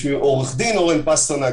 שמי עו"ד אורן ספטרנק,